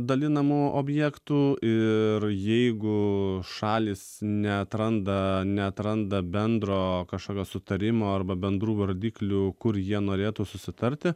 dalinamų objektų ir jeigu šalys neatranda neatranda bendro kažkokio sutarimo arba bendrų vardiklių kur jie norėtų susitarti